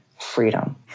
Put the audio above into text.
freedom